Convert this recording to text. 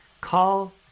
call